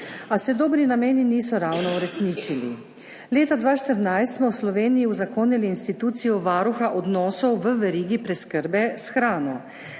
a se dobri nameni niso ravno uresničili. Leta 2014 smo v Sloveniji uzakonili institucijo varuha odnosov v verigi preskrbe s hrano.